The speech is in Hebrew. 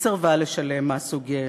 וסירבה לשלם מס הוגן.